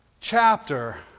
chapter